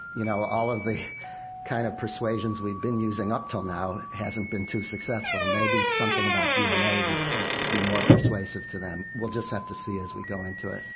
you know, all of the kind of persuasions we've been using up until now hasn't been too successful. maybe it's something about dna will be more persuasive to them. we'll just have to see as we go into it.